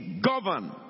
govern